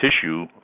tissue